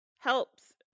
helps